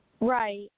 Right